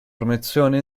promozione